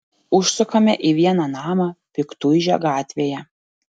užsukame į vieną namą piktuižio gatvėje